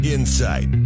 Insight